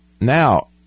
now